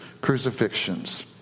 crucifixions